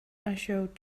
echoed